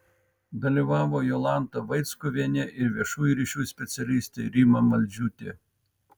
dalyvavo jolanta vaickuvienė ir viešųjų ryšių specialistė rima maldžiūtė